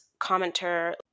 commenter